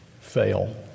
fail